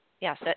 yes